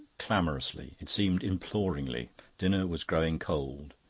clamorously, it seemed imploringly dinner was growing cold.